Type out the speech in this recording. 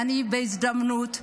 בהזדמנות,